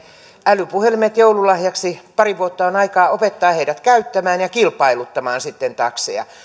älypuhelimet joululahjaksi pari vuotta on aikaa opettaa heidät käyttämään ja kilpailuttamaan sitten takseja